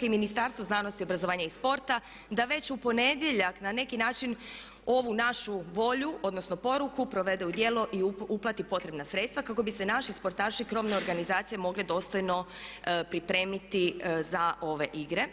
i Ministarstvo znanosti, obrazovanja i sporta da već u ponedjeljak na neki način ovu našu volju odnosno poruku provede u djelo i uplatiti potrebna sredstva kako bi se naši sportaši krovne organizacije mogli dostojno pripremiti za ove igre.